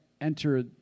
enter